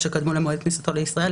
לתקנות הכניסה לישראל.